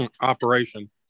operation